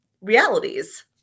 realities